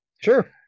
Sure